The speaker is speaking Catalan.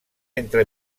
entre